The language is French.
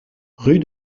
rue